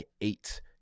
eight